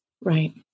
Right